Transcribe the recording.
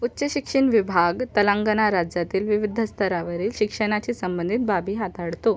उच्च शिक्षण विभाग तेलंगणा राज्यातील विविध स्तरावरील शिक्षणाशी संबंधित बाबी हाताळतो